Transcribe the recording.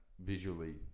visually